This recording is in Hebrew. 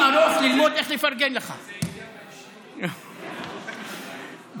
אין לו במקרים רבים את ההיתר שממנו